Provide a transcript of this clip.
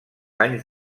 anys